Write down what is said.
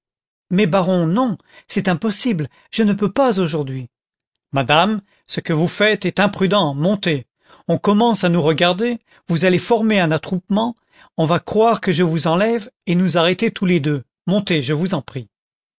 mais baron non c'est impossible je ne peux pas aujourd'hui madame ce que vous faites est imprudent montez on commence à nous regarder vous allez former un attroupement on va croire que je vous enlève et nous arrêter tous les deux montez je vous en prie